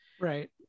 Right